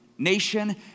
nation